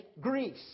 Greece